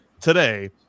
today